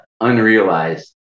unrealized